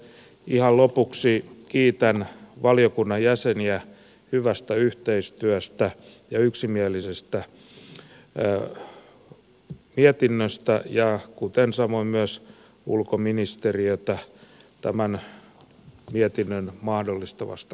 ihan lopuksi kiitän valiokunnan jäseniä hyvästä yhteistyöstä ja yksimielisestä mietinnöstä ja kuten samoin myös ulkoministeriötä tämän mietinnön mahdollistavasta keskustelusta